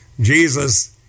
Jesus